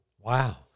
Wow